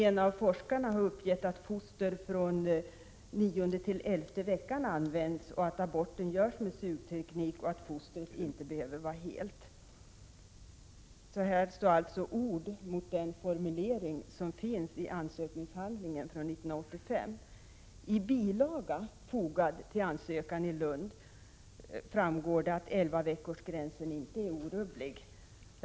En av forskarna har uppgett att foster från 9-11 veckor används och att aborten görs med sugteknik samt att fostret inte behöver vara helt. Detta strider alltså mot den formulering som finns i ansökningshandlingen från 1985. I bilaga fogad till ansökan i Lund framgår att elvaveckorsgränsen inte är orubblig.